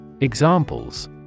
Examples